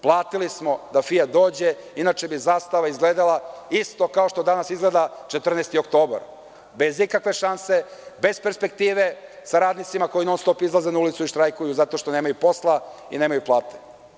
Platili smo da „Fijat“ dođe, inače bi „Zastava“ izgledala isto kao što danas izgleda „14 oktobar“, bez ikakve šanse, bez perspektive, sa radnicima koji non stop izlaze na ulicu i štrajkuju zato što nemaju posla i nemaju plate.